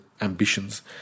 ambitions